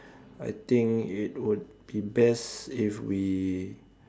I think it would be best if we